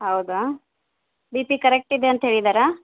ಹೌದಾ B P correct ಇದೆ ಅಂತ ಹೇಳಿದ್ದಾರಾ